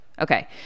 Okay